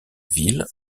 ville